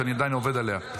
שאני עדיין עובד עליו.